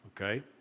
Okay